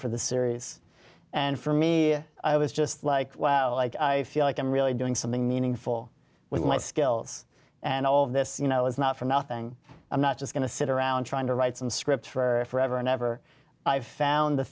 for the series and for me i was just like wow like i feel like i'm really doing something meaningful with my skills and all this you know it's not for nothing i'm not just going to sit around trying to write some scripts for forever never i've found the